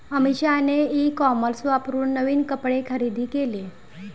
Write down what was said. अमिषाने e commerce वापरून नवीन कपडे खरेदी केले